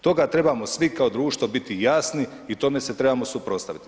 Toga trebamo svi kao društvo biti jasni i tome se trebamo suprotstaviti.